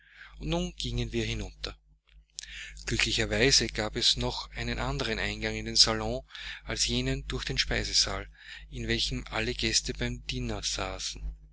und nun gingen wir hinunter glücklicherweise gab es noch einen anderen eingang in den salon als jenen durch den speisesaal in welchem alle gäste beim diner saßen